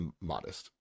modest